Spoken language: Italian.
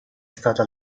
stata